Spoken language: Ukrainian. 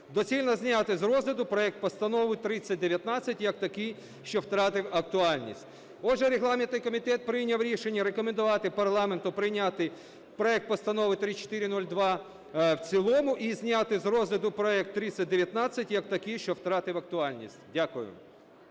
доцільно зняти з розгляду проект Постанови 3019 як такий, що втратив актуальність. Отже, регламентний комітет прийняв рішення рекомендувати парламенту прийняти проект Постанови 3402 в цілому і зняти з розгляду проект 3019 як такий, що втратив актуальність. Дякую.